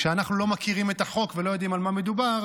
כשאנחנו לא מכירים את החוק ולא יודעים על מה מדובר,